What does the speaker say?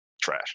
Trash